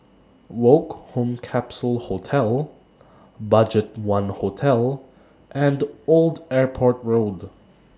Woke Home Capsule Hostel BudgetOne Hotel and Old Airport Road